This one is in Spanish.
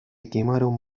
quemaron